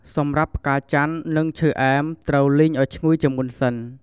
សម្រាប់ផ្កាចាន់ នឹងឈើអែមត្រូវលីងអោយឈ្ងុយជាមុនសិន។